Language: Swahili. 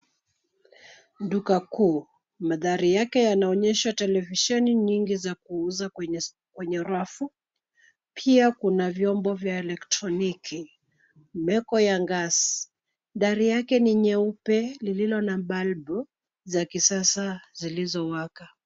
Duka kuu, mandhari yake yaonyesha televisheni nyingi ya kuuza kwenye rafu. Pia kuna vyombo vya elektroniki, meko ya gas . Dari yake ni nyeupe lililo na balabu za kisasa zilizowaka.